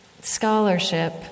scholarship